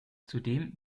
zudem